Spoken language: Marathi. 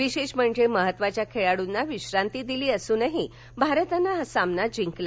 विशेष म्हणजे महत्वाच्या खेळाडूंना विश्रांती दिली असूनही भारतानं हा सामना जिंकला